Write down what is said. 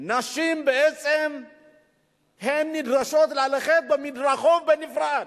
זה שנשים נדרשות ללכת על המדרכות בנפרד?